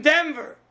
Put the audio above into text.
Denver